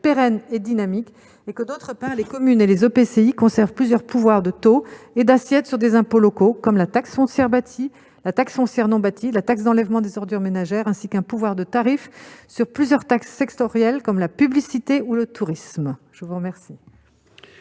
pérenne et dynamique, et que, d'autre part, les communes et les EPCI conservent plusieurs pouvoirs de taux et d'assiette sur des impôts locaux, comme la taxe foncière sur les propriétés bâties, la taxe foncière sur les propriétés non bâties, la taxe d'enlèvement des ordures ménagères, ainsi qu'un pouvoir de tarifs sur plusieurs taxes sectorielles, comme la publicité ou le tourisme. La parole